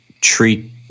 treat